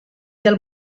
del